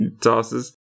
tosses